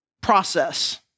process